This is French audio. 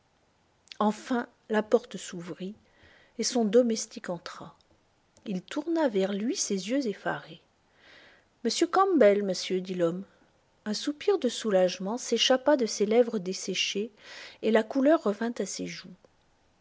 enfin la porte s'ouvrit et son domestique entra il tourna vers lui ses yeux effarés m campbell monsieur dit l'homme un soupir de soulagement s'échappa de ses lèvres desséchées et la couleur revint à ses joues